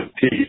Peace